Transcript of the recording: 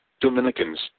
Dominicans